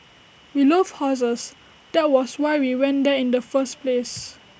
we love horses that was why we went there in the first place